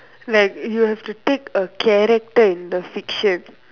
like you have to take a character in the fiction